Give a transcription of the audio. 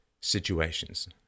situations